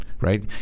right